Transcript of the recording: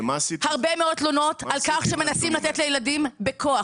הרבה מאוד תלונות על כך שמנסים לתת לילדים בכוח,